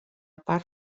part